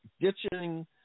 ditching